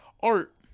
Art